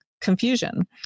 confusion